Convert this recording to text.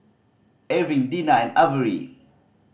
Erving Dena and Averi